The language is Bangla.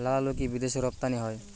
লালআলু কি বিদেশে রপ্তানি হয়?